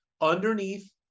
underneath